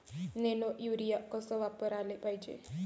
Nano urea कस वापराले पायजे?